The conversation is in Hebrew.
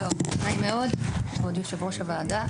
נעים מאוד כבוד יו"ר הוועדה.